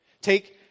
Take